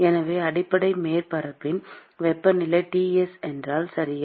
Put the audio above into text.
எனவே அடிப்படை மேற்பரப்பின் வெப்பநிலை Ts என்றால் சரியா